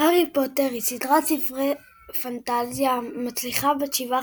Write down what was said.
הארי פוטר היא סדרת ספרי פנטזיה מצליחה בת שבעה